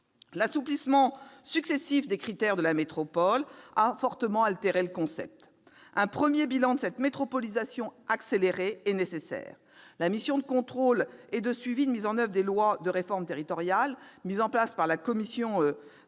assouplissements successifs des critères de création d'une métropole ont fortement altéré le concept. Un premier bilan de cette métropolisation accélérée est nécessaire. La mission de contrôle et de suivi de la mise en oeuvre des lois de réforme territoriale installée par la commission des